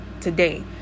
today